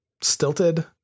stilted